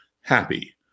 happy